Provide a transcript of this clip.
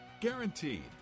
Guaranteed